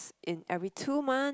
in every two month